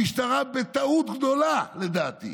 המשטרה, בטעות גדולה, לדעתי,